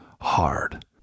hard